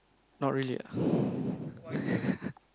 not really ah